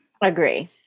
Agree